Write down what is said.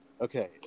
Okay